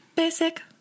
Basic